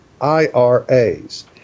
IRAs